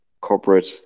corporate